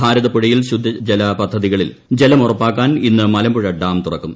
ഭാരതപ്പുഴയിൽ ശുദ്ധജല പദ്ധതികളിൽ ജലം ഉറപ്പാക്കാൻ ഇന്ന് മലമ്പുഴ ഡാം തുറക്കും